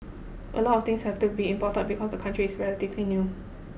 a lot of things have to be imported because the country is relatively new